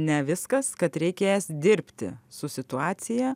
ne viskas kad reikės dirbti su situacija